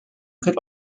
could